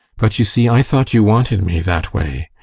but you see, i thought you wanted me that way.